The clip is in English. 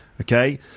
Okay